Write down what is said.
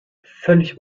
völlig